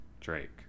Drake